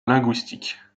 linguistique